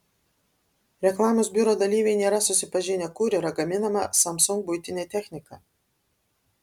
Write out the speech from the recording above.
reklamos biuro dalyviai nėra susipažinę kur yra gaminama samsung buitinė technika